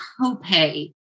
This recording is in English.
copay